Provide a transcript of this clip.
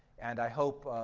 and i hope,